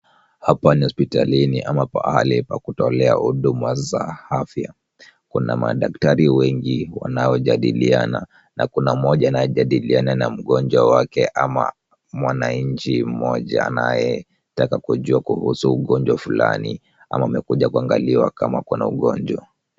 Hapa ni hospitalini ama pahali pa kutolea huduma za afya. Kuna madaktari wengi wanaojadiliana na kuna mmoja anayejadiliana na mgonjwa wake ama mwananchi mmoja anayetaka kujua kuhusu ugonjwa fulani ama amekuja kuangaliwa kama akona ugonjwa.